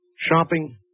shopping